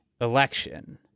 election